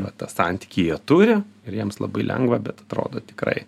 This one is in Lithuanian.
va tą santykį jie turi ir jiems labai lengva bet atrodo tikrai